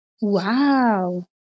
Wow